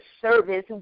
service